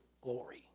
glory